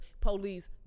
police